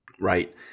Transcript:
Right